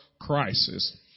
crisis